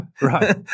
right